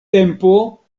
tempo